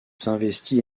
s’investit